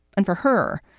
and for her,